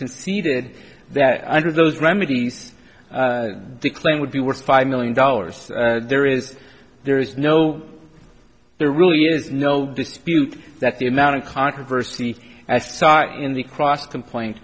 conceded that under those remedies the claim would be worth five million dollars there is there is no there really is no dispute that the amount of controversy i saw in the cross complaint